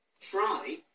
try